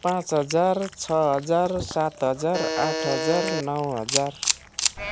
पाँच हजार छ हजार सात हजार आठ हजार नौ हजार